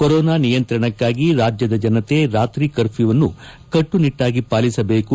corona ನಿಯಂತ್ರಣಕ್ಷಾಗಿ ರಾಜ್ಯದ ಜನತೆ ರಾತ್ರಿ ಕರ್ಪ್ಯೂವನ್ನು ಕಟ್ಟುನಿಟ್ಟಾಗಿ ಪಾಲಿಸಬೇಕು